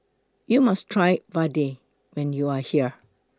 YOU must Try Vadai when YOU Are here